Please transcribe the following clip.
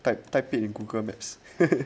type type it in Google maps